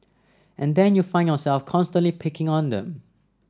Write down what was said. and then you find yourself constantly picking on them